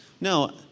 no